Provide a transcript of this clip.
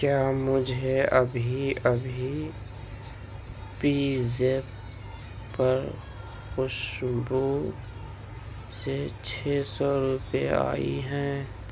کیا مجھے ابھی ابھی پی زیپ پر خوشبو سے چھ سو روپے آئے ہیں